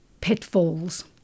pitfalls